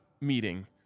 meeting